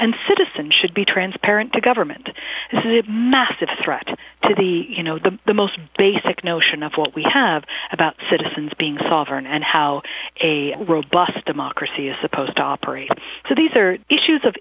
and citizen should be transparent the government says it massive threat to the you know the the most basic notion of what we have about citizens being software and how a robust democracy is supposed to operate so these are issues of